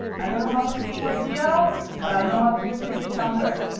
i don't know how to speak webgl, but i know how to do two d canvas.